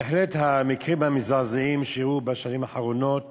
בהחלט המקרים המזעזעים שאירעו בשנים האחרונות